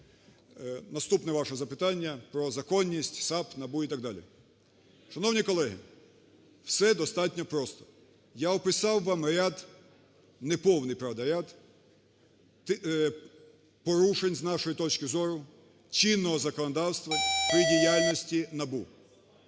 наступне ваше запитання про законність САП, НАБУ і так далі. Шановні колеги, все достатньо просто. Я описав вам ряд… неповний, правда, ряд порушень, з нашої точки зору, чинного законодавства при діяльності НАБУ.